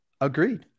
Agreed